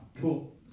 Cool